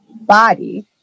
body